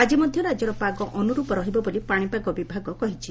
ଆଜି ମଧ୍ଧ ରାଜ୍ୟର ପାଗ ଅନୁରୂପ ରହିବ ବୋଲି ପାଶିପାଗ ବିଭାଗ କହିଛି